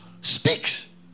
speaks